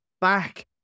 back